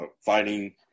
fighting